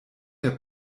der